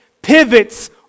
Pivots